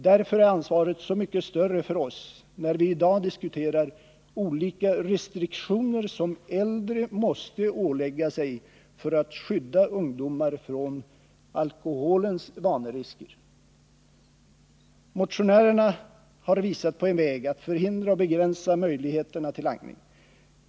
Därför är ansvaret så mycket större för oss när vi i dag diskuterar olika restriktioner som äldre måste ålägga sig för att skydda ungdomar från alkoholens vanerisker. Motionärerna har visat på en väg att förhindra och begränsa möjligheterna till langning.